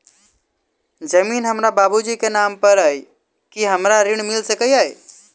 जमीन हमरा बाबूजी केँ नाम पर अई की हमरा ऋण मिल सकैत अई?